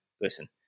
listen